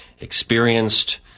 Experienced